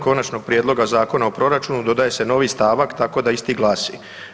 Konačnog prijedloga Zakona o proračunu dodaje se novi stavak tako da isti glasi.